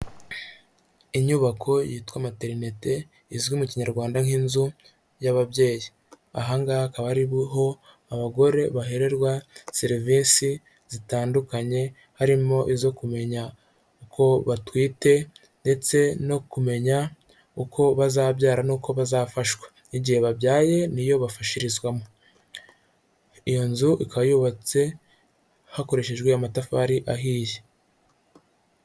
Inyubako yitwa materinete izwi mu Kinyarwanda nk'inzu y'ababyeyi, aha ngaha akaba ari ho abagore bahererwa serivisi zitandukanye, harimo izo kumenya uko batwite ndetse no kumenya uko bazabyara n'uko bazafashwa, igihe babyaye niyo bafashirizwamo, iyo nzu ikaba yubatse hakoreshejwe amatafari ahiye.